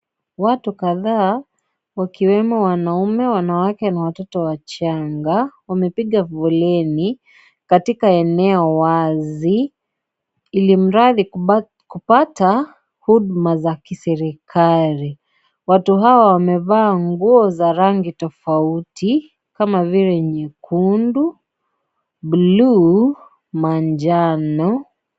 Watu kadhaa, wakiwemo wanaume, wanawake na watoto wachanga wamepiga foleni katika eneo wazi ilimuradi kupata huduma za kiserikali. Watu hawa wamevaa nguo za rangi tofauti kama vile nyekundu, bluu , manjano